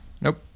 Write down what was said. Nope